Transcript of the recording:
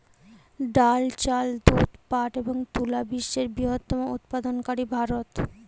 ডাল, চাল, দুধ, পাট এবং তুলা বিশ্বের বৃহত্তম উৎপাদনকারী ভারত